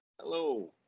hello